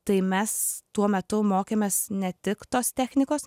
tai mes tuo metu mokėmės ne tik tos technikos